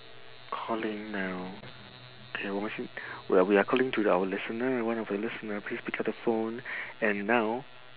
calling now okay we are we are calling to our listener one of our listener please pick up the phone and now